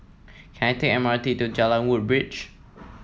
can I take the M R T to Jalan Woodbridge